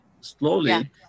slowly